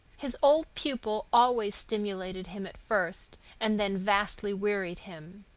his old pupil always stimulated him at first, and then vastly wearied him.